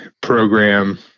program